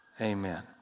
amen